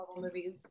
movies